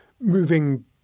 Moving